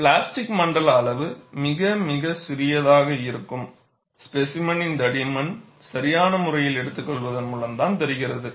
plastic மண்டல அளவு மிக மிக சிறியதாக இருக்கும் ஸ்பேசிமெனின் தடிமன் சரியான முறையில் எடுத்துக்கொள்வதன் மூலம் தான் தெரிகிறது